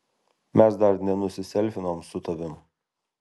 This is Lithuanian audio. mes dar nenusiselfinom su tavim